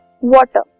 water